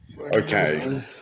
Okay